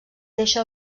deixa